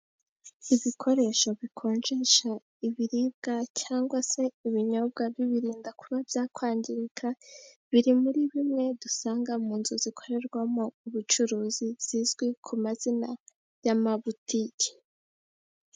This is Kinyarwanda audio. Ibikoresho bikonjesha ibiribwa cyangwa se ibinyobwa bibirinda kuba bya kwangirika biri muri bimwe dusanga mu nzu zikorerwamo ubucuruzi zizwi nk'amabutike.